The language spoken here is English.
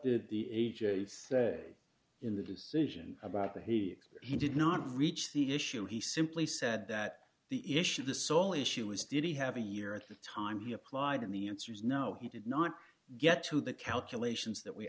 did the age in the decision about the he he did not reach the issue he simply said that the issue the sole issue is did he have a year at the time he applied and the answer is no he did not get to the calculations that we